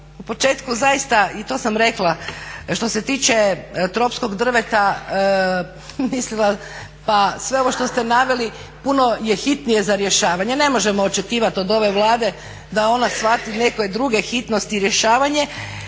u početku zaista i to sam rekla što se tiče tropskog drveta mislila pa sve ovo što ste naveli puno je hitnije za rješavanje. Ne možemo očekivat od ove Vlade da ona shvati neke druge hitnosti i rješavanje